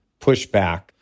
pushback